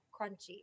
crunchy